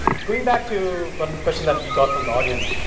going back to one question that we got from the audience,